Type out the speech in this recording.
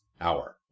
hour